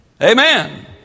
Amen